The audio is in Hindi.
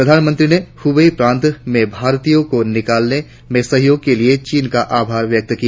प्रधानमंत्री ने हुबेई प्रांत से भारतीयों को निकालने में सहयोग के लिए चीन का आभार व्यक्त किया